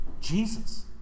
Jesus